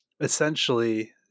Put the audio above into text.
essentially